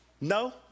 No